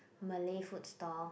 Malay food stall